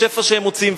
השפע שהם מוציאים,